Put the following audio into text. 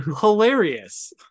hilarious